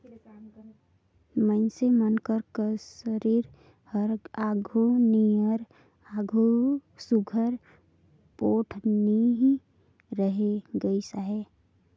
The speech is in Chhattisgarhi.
मइनसे मन कर सरीर हर आघु नियर सुग्घर पोठ नी रहि गइस अहे